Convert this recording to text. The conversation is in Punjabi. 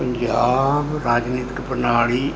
ਪੰਜਾਬ ਰਾਜਨੀਤਿਕ ਪ੍ਰਣਾਲੀ